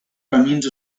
camins